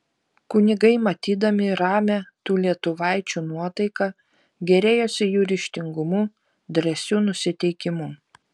kunigai matydami ramią tų lietuvaičių nuotaiką gėrėjosi jų ryžtingumu drąsiu nusiteikimu